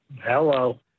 Hello